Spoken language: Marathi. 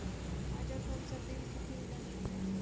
माझ्या फोनचा बिल किती इला?